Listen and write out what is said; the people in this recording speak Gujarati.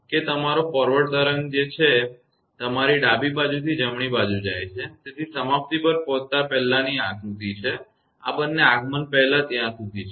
કે તમારો ફોરવર્ડ તરંગ છે જે તમારી ડાબી બાજુથી જમણી બાજુ જાય છે તેથી સમાપ્તિ પર પહોંચતા પહેલાની આ આકૃતિ છે આ બંને આગમન પહેલાં ત્યા સુધી છે